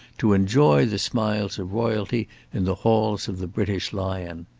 to enjoy the smiles of royalty in the halls of the british lion.